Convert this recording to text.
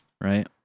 right